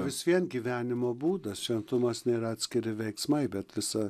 vis vien gyvenimo būdas šventumas nėra atskiri veiksmai bet visa